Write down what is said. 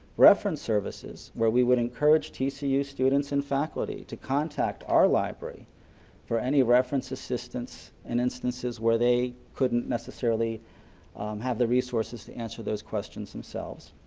reference services where we would encourage tcu students and faculty to contact our library for any reference assistance and instances where they couldn't necessarily have the resources to answer those questions themselves